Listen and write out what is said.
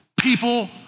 people